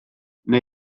neu